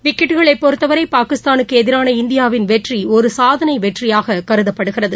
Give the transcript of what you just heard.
விக்கெட்டுகளைபொறுத்தவரைபாகிஸ்தானுக்குஎதிரான இந்தியாவின் வெற்றிஒருசாதனைவெற்றியாககருதப்படுகிறது